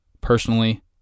Personally